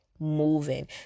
Moving